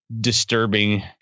disturbing